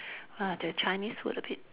ah the Chinese food a bit diffi~